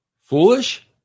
foolish